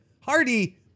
Hardy